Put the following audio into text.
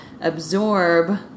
absorb